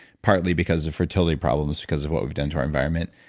partly because of fertility problems because of what we've done to our environment,